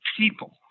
people